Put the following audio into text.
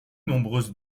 nombreuse